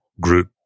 group